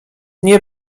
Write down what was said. nie